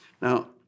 Now